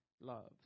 loves